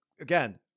again